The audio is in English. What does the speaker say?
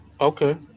Okay